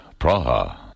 Praha